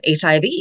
HIV